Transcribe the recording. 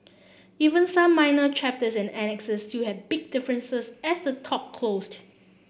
even some minor chapters and annexes still had big differences as the talk closed